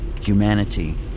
Humanity